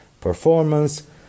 performance